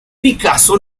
picasso